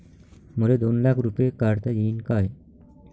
मले दोन लाख रूपे काढता येईन काय?